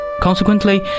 Consequently